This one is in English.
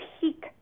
peak